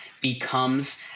becomes